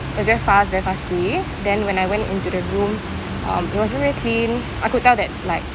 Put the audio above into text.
it's was very fast very fuss free then when I went into the room um it was very very clean I could tell that like